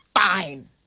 fine